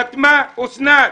חתמה אוסנת,